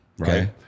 Right